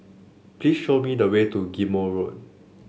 please show me the way to Ghim Moh Road